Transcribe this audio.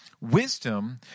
Wisdom